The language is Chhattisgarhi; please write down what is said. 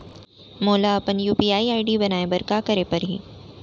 मोला अपन यू.पी.आई आई.डी बनाए बर का करे पड़ही?